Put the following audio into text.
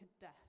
death